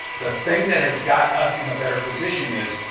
the thing that has got us in a better position is,